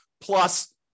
plus